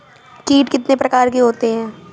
कीट कितने प्रकार के होते हैं?